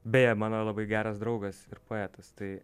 beje man labai geras draugas ir poetas tai